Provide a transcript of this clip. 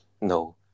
No